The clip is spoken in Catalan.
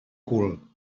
cul